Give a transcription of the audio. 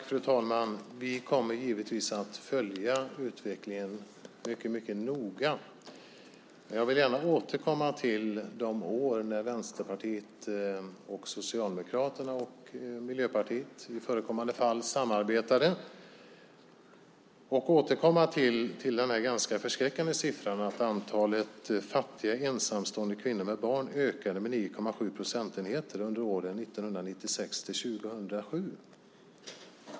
Fru talman! Vi kommer givetvis att följa utvecklingen mycket noga. Jag vill gärna återkomma till de år när Vänsterpartiet och Socialdemokraterna, och Miljöpartiet i förekommande fall, samarbetade och återkomma till den ganska förskräckande siffran att antalet fattiga ensamstående kvinnor med barn ökade med 9,7 procentenheter under åren 1996-2007.